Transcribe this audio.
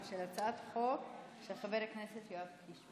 הצעת חוק של חבר הכנסת יואב קיש.